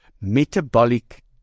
metabolic